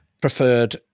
preferred